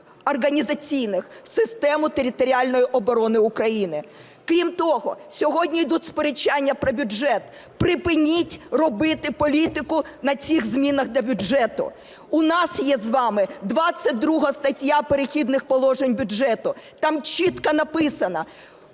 організаційних в систему територіальної оборони України. Крім того, сьогодні йдуть сперечання про бюджет, Пприпиніть робити політику на цих змінах до бюджету. У нас є з вами 22 стаття "Перехідних положень" бюджету, там чітко написано,